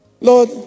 Lord